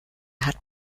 hat